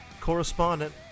Correspondent